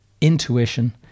intuition